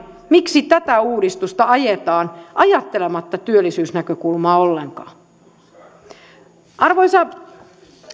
miksi tätä uudistusta ajetaan ajattelematta työllisyysnäkökulmaa ollenkaan arvoisa